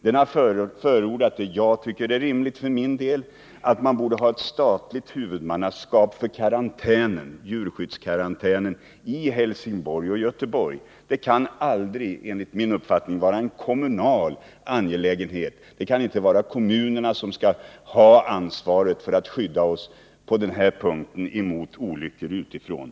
Den har förordat det som jag tycker är rimligt, nämligen att man bör ha ett statligt huvudmannaskap för djurskyddskarantänerna i Helsingborg och Göteborg. Det kan enligt min uppfattning aldrig vara en kommunal angelägenhet — det kan inte vara kommunerna som skall ha ansvaret för att på den här punkten skydda oss mot olyckor utifrån.